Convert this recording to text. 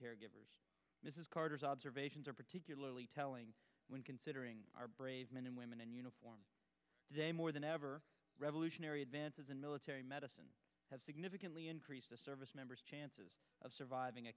need mrs carter's observations are particularly telling when considering our brave men and women in uniform today more than ever revolutionary advances in military medicine has significantly increased the servicemembers chances of surviving a